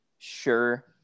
Sure